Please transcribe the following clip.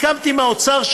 וסיכמתי עם האוצר,